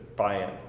buy-in